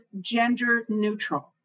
gender-neutral